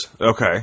okay